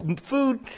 food